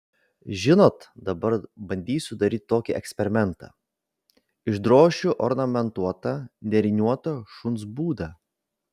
žinot dabar bandysiu daryti tokį eksperimentą išdrošiu ornamentuotą nėriniuotą šuns būdą